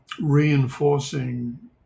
reinforcing